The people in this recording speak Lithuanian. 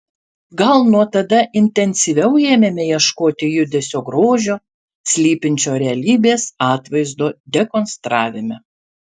gal nuo tada intensyviau ėmėme ieškoti judesio grožio slypinčio realybės atvaizdo dekonstravime